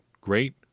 great